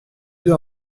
deux